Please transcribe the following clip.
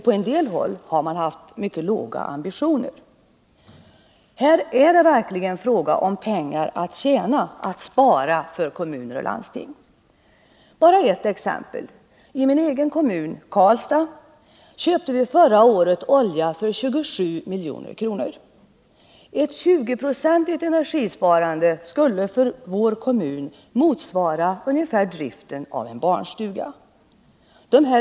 På en del håll har man också haft mycket låga ambitioner. Här är det verkligen fråga om pengar att tjäna in för kommuner och landsting genom ett sådant sparande. Jag vill bara som ett exempel nämna att vi i min hemkommun, Karlstad, förra året köpte olja för 27 milj.kr. Ett 20-procentigt energisparande skulle för vår kommun ge en vinst motsvarande ungefär kostnaden för driften av en barnstuga.